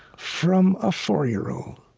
from a four-year-old.